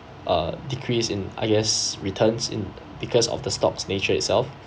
uh decrease in I guess returns in because of the stocks nature itself